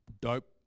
dope